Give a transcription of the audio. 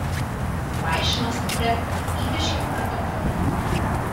vaišino stipria ybiškių arbata